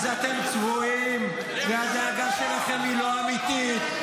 אז אתם צבועים והדאגה שלכם היא לא אמיתית,